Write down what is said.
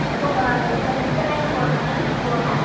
எப்போ போனால் எது எந்த டைமுக்கு வருணுங்க எப்போ வரணும்